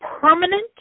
permanent